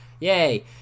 yay